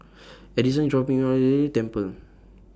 Addison IS dropping Me off Temple